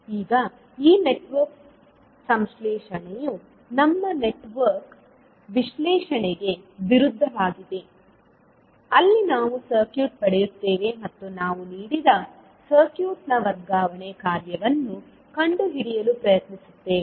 ಈಗ ಈ ನೆಟ್ವರ್ಕ್ ಸಂಶ್ಲೇಷಣೆಯು ನಮ್ಮ ನೆಟ್ವರ್ಕ್ ವಿಶ್ಲೇಷಣೆಗೆ ವಿರುದ್ಧವಾಗಿದೆ ಅಲ್ಲಿ ನಾವು ಸರ್ಕ್ಯೂಟ್ ಪಡೆಯುತ್ತೇವೆ ಮತ್ತು ನಾವು ನೀಡಿದ ಸರ್ಕ್ಯೂಟ್ನ ವರ್ಗಾವಣೆ ಕಾರ್ಯವನ್ನು ಕಂಡುಹಿಡಿಯಲು ಪ್ರಯತ್ನಿಸುತ್ತೇವೆ